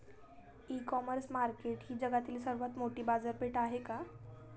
इ commerce market ही जगातील सर्वात मोठी बाजारपेठ आहे का?